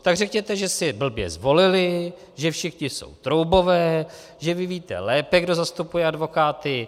Tak řekněte, že si je blbě zvolili, že všichni jsou troubové, že vy víte lépe, kdo zastupuje advokáty.